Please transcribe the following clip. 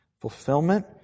fulfillment